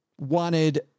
wanted